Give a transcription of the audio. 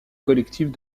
collectives